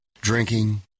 Drinking